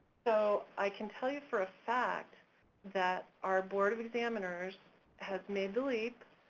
so i can tell you for a fact that our board of examiners has made the leap,